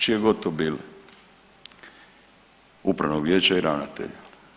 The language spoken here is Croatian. Čija god to bile, upravnog vijeća i ravnatelja.